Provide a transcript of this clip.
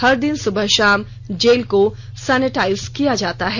हर दिन सुबह शाम जेल को सैनेटाइज किया जाता है